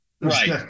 Right